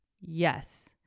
Yes